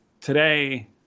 today